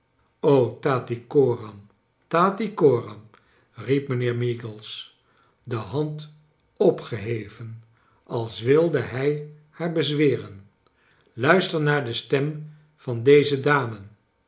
tattycoram tattycoram riep mijnheer meagles de hand opgeheven als wilde hij haar bezweren luister naar de stem van deze dame